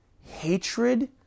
Hatred